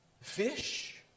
fish